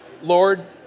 Lord